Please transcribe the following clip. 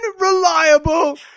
unreliable